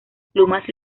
plumas